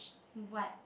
what